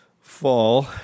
fall